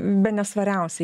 bene svariausią